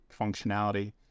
functionality